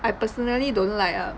I personally don't like ah